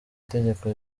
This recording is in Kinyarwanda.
tegeko